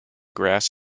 grass